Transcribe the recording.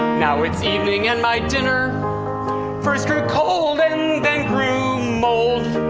now it's evening, and my dinner first grew cold, and then grew mold.